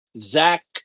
Zach